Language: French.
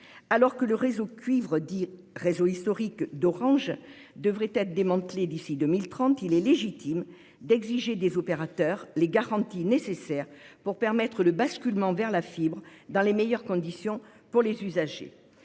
Alors que le réseau cuivre, dit réseau historique d'Orange, devrait être démantelé d'ici à 2030, il est légitime d'exiger des opérateurs des garanties afin de permettre le basculement vers la fibre dans les meilleures conditions pour les usagers.